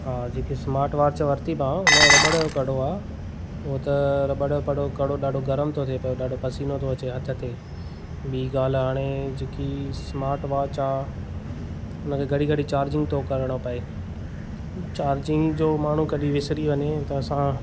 हा जेके स्मार्टवॉच वरती मां उन जो रॿड़ जो कड़ो आहे उहो त रॿड़ु कड़ो कड़ो ॾाढो गर्म तो थे पियो ॾाढो पसीनो तो अचे हथ ते ॿी ॻाल्हि आहे हाणे जेकी स्मार्टवॉच आहे हुन खे घड़ी घड़ी चार्जिंग थो करिणो पए चार्जिंग जो माण्हू कॾहिं विसरी वञे त असां